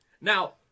Now